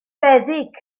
feddyg